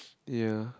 ya